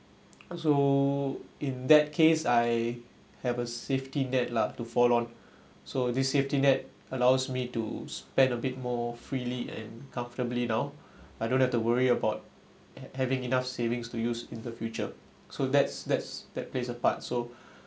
so in that case I have a safety net lah to fall on so this safety net allows me to spend a bit more freely and comfortably now I don't have to worry about having enough savings to use in the future so that's that's that plays a part so